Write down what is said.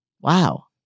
Wow